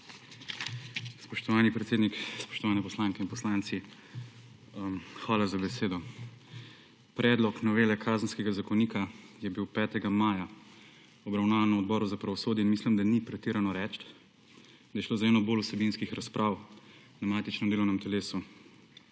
Spoštovani predsednik, spoštovane poslanke in poslanci. Hvala za besedo. Predlog novele Kazenskega zakonika je bil 5. maja obravnavan na Odboru za pravosodje in mislim, da ni pretirano reči, da je šlo za eno bolj vsebinskih razprav na matičnem delovnem telesu.